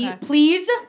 Please